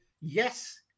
yes